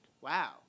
Wow